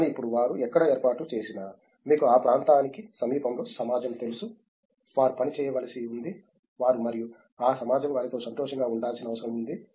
కానీ ఇప్పుడు వారు ఎక్కడ ఏర్పాటు చేసినా మీకు ఆ ప్రాంతానికి సమీపంలో సమాజం తెలుసు వారు పని చేయవలసి ఉంది వారు మరియు ఆ సమాజం వారితో సంతోషంగా ఉండాల్సిన అవసరం ఉంది